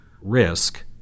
risk